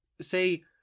say